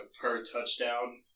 per-touchdown